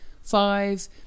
five